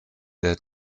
der